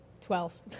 Twelve